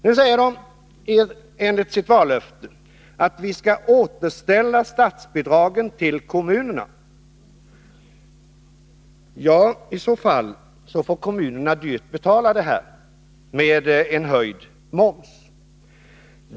Nu säger de, enligt sitt vallöfte, att de skall återställa statsbidragen till kommunerna. Ja, i så fall, får kommunerna dyrt betala det med en höjd moms.